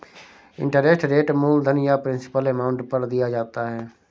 interest rate मूलधन या principal amount पर दिया जाता है